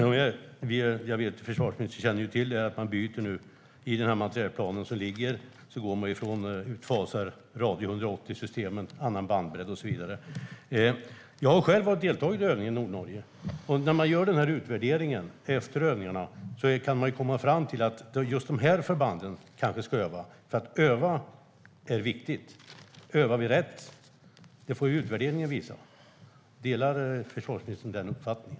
Fru talman! Jag vet att försvarsministern känner till att man i materielplanen fasar ut Radio 180-systemet, går över till annan bandbredd och så vidare. Jag har själv deltagit i övningarna i Nordnorge. När man gör en utvärdering efter en sådan övning kan man komma fram till att specifika förband ska öva, och att öva är viktigt. Sedan får utvärderingen visa om vi övar rätt. Delar försvarsministern den uppfattningen?